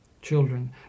children